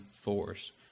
force